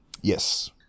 Yes